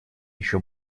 еще